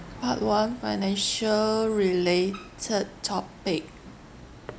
part one financial related topic